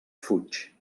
fuig